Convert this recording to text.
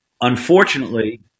unfortunately